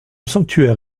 sanctuaire